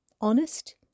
honest